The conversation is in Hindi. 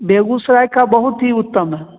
बेगूसराय का बहुत ही उत्तम है